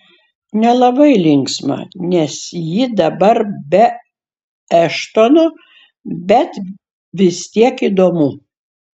nelabai linksma nes ji dabar be eštono bet vis tiek įdomu